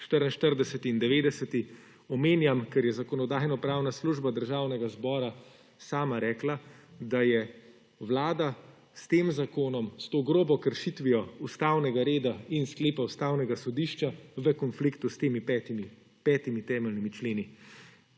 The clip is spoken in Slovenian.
44. in 90., omenjam, ker je Zakonodajno-pravna služba Državnega zbora sama rekla, da je Vlada s tem zakonom, s to grobo kršitvijo ustavnega reda in sklepov Ustavnega sodišča v konfliktu s temi petimi temeljnimi členi